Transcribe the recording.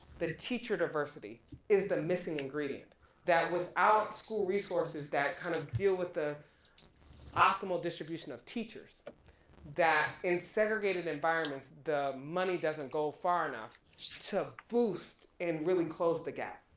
the the teacher diversity is the missing ingredient that without school resources that kind of deal with the optimal distribution of teachers that in segregated environments the money doesn't go far enough to boost and really close the gap.